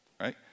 right